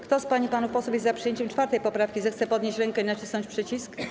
Kto z pań i panów posłów jest za przyjęciem 4. poprawki, zechce podnieść rękę i nacisnąć przycisk.